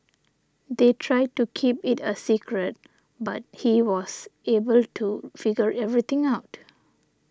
they tried to keep it a secret but he was able to figure everything out